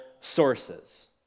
sources